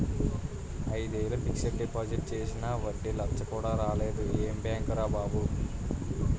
ఐదేళ్ళు fixed deposit చేసినా వడ్డీ లచ్చ కూడా రాలేదు ఏం బాంకురా బాబూ